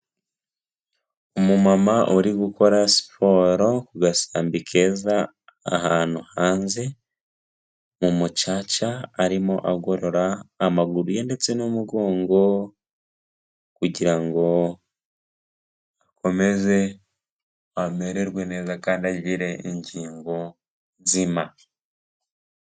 Umumama uri gukora siporo ku gasambi keza ahantu hanze, mu mucaca arimo agorora amaguru ye ndetse n'umugongo, kugira ngo akomeze amererwe neza kandi agire ingingo nzima.